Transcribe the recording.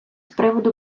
приводу